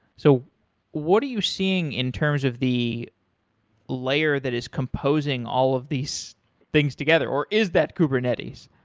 so what are you seeing in terms of the layer that is composing all of these things together, or is that kubernetes?